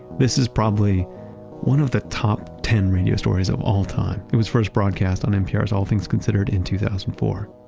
this is probably one of the top ten radio stories of all time. it was first broadcast on npr's all things considered in two thousand and four.